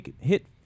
hit